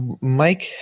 Mike